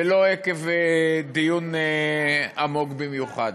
ולא עקב דיון עמוק במיוחד.